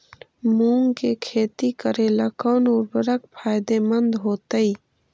मुंग के खेती करेला कौन उर्वरक फायदेमंद होतइ?